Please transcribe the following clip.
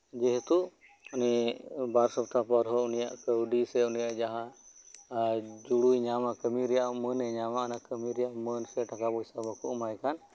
ᱡᱮᱦᱮᱛᱩ ᱩᱱᱤ ᱵᱟᱨ ᱥᱚᱯᱛᱟ ᱯᱚᱨ ᱦᱚᱸ ᱩᱱᱤᱭᱟᱜ ᱠᱟᱹᱣᱰᱤ ᱥᱮ ᱡᱟᱦᱟᱸ ᱡᱩᱲᱩᱭ ᱧᱟᱢᱟ ᱠᱟᱢᱤ ᱨᱮᱭᱟᱜ ᱢᱟᱹᱱᱮ ᱧᱟᱢᱟ ᱚᱱᱟ ᱠᱟᱢᱤ ᱨᱮᱭᱟᱜ ᱢᱟᱹᱱ ᱥᱮ ᱴᱟᱠᱟ ᱯᱚᱭᱥᱟ ᱵᱟᱠᱚ ᱮᱢᱟᱭ ᱠᱟᱱ